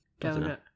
donut